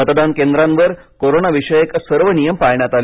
मतदान केंद्रांवर कोरोनाविषयक सर्व नियम पाळण्यात आले